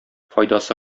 файдасы